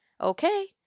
Okay